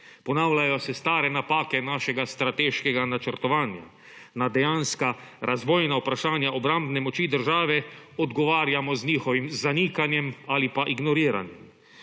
Ponavljajo se stare napake našega strateškega načrtovanja. Na dejanska razvojna vprašanja obrambne moči države odgovarjamo z njihovim zanikanjem ali pa ignoriranjem.